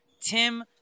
Tim